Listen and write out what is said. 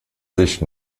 sich